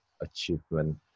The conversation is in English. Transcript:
achievement